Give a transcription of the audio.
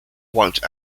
wiped